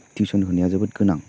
tuition होनाया जोबोद गोनां